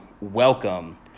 welcome